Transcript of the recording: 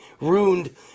ruined